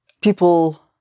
People